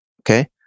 Okay